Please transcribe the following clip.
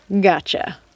Gotcha